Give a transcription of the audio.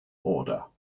order